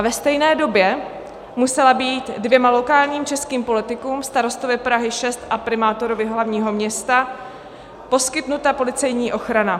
Ve stejné době musela být dvěma lokálním českým politikům, starostovi Prahy 6 a primátorovi hlavního města, poskytnuta policejní ochrana.